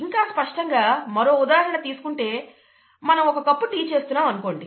ఇంకా స్పష్టంగా మరో ఉదాహరణ తీసుకుంటే మనం ఒక కప్పు టీ చేస్తున్నాము అనుకోండి